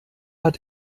hat